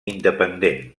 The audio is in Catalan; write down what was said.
independent